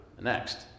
next